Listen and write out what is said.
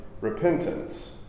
repentance